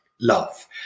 Love